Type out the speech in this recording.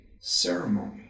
ceremony